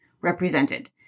represented